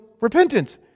repentance